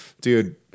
Dude